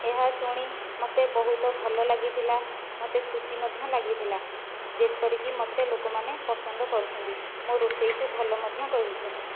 ଏହା ଶୁଣି ମୋତେ ବହୁତ ଭଲ ଲାଗିଥିଲା ମୋତେ ଖୁସି ମଧ୍ୟ ଲାଗିଥିଲା ଯେପରିକି ମୋତେ ଲୋକମାନେ ପସନ୍ଦ କରୁଛନ୍ତି ମୋ ରୋଷେଇକୁ ଭଲ ମଧ୍ୟ କହୁଛନ୍ତି